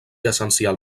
essencial